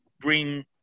bring